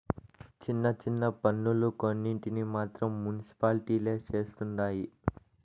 చిన్న చిన్న పన్నులు కొన్నింటిని మాత్రం మునిసిపాలిటీలే చుస్తండాయి